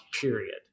period